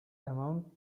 amount